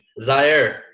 Zaire